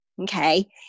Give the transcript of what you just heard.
okay